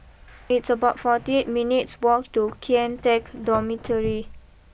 it's about forty eight minutes walk to Kian Teck Dormitory